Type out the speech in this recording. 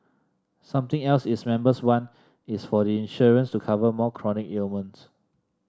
something else its members want is for the insurance to cover more chronic ailments